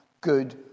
good